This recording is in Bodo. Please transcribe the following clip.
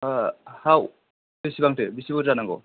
हाव बेसेबांथो बिसि बुरजा नांगौ